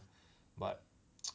but